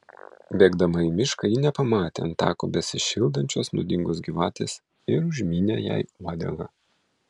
bėgdama į mišką ji nepamatė ant tako besišildančios nuodingos gyvatės ir užmynė jai uodegą